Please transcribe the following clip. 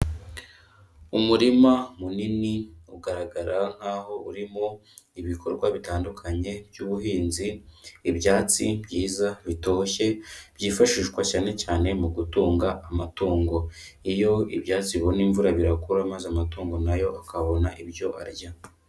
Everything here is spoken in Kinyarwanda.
Umurima munini ugaragara nkaho urimo ibikorwa bitandukanye by'ubuhinzi, ibyatsi byiza bitoshye byifashishwa cyane cyane mu gutunga amatungo, iyo ibyatsi bibona imvura birakura amaza amatungo nayo akabona ibyo arya.